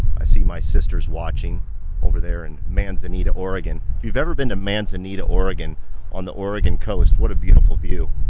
i see my sister's watching over there and manzanita, oregon. if you've ever been to manzanita, oregon on the oregon coast, what a beautiful view.